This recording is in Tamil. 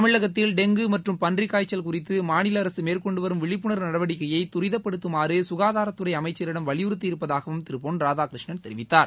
தமிழகத்தில் டெங்கு மற்றும் பன்றிக் காய்ச்சல் குறித்து மாநில அரசு மேற்கொண்டு வரும் விழிப்புணாவு நடவடிக்கையை துரிதப்படுத்துமாறு சுகாதாரத்துறை அமைச்சிடம் வலியுறுத்தி இருப்பதாகவும் திரு பொன் ராதாகிருஷ்ணன் தெரிவித்தார்